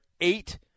eight